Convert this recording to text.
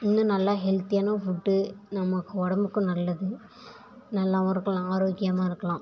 இன்னும் நல்ல ஹெல்த்தியான ஃபுட்டு நம்ம உடம்புக்கும் நல்லது நல்லாவும் இருக்கலாம் ஆரோக்கியமாக இருக்கலாம்